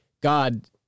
God